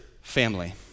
family